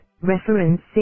Reference